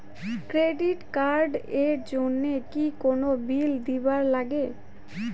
Credit card এর জন্যে কি কোনো বিল দিবার লাগে?